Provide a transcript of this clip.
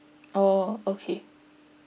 orh okay